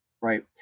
right